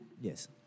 Yes